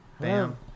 Bam